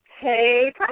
Hey